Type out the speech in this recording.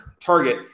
target